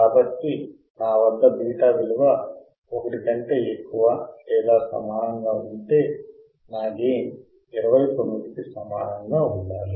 కాబట్టి నా వద్ద β విలువ ఒకటి కంటే ఎక్కువ లేదా సమానంగా ఉంటే నా గెయిన్ 29 కి సమానంగా ఉండాలి